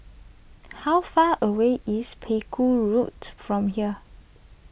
how far away is Pegu Road from here